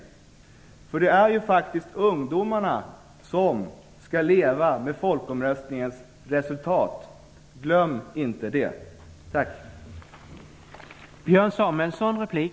För det är ju faktiskt ungdomarna som skall leva med folkomröstningens resultat. Glöm inte det!